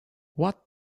what